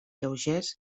lleugers